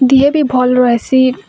ଦିହେ ବି ଭଲ୍ ରହେସି